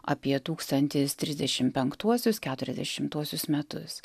apie tūkstantis trisdešim penktuosius keturiasdešimtuosius metus